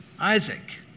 Isaac